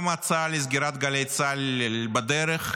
גם ההצעה לסגירת גלי צה"ל בדרך,